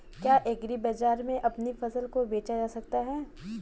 क्या एग्रीबाजार में अपनी फसल को बेचा जा सकता है?